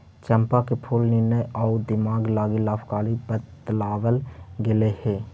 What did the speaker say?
चंपा के फूल निर्णय आउ दिमाग लागी लाभकारी बतलाबल गेलई हे